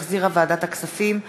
שהחזירה ועדת הכספים,